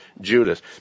Judas